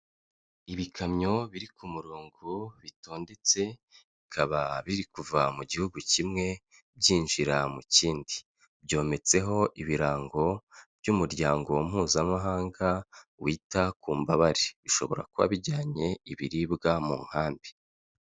Ibikamyo biri ku murongo bitondetse, bikaba biri kuva mu gihugu kimwe, byinjira mu kindi, byometseho ibirango by'umuryango mpuzamahanga wita ku mbabare, bishobora kuba bijyanye ibiribwa mu nkambi.